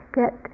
get